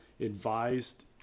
advised